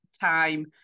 time